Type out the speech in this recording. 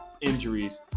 injuries